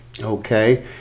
Okay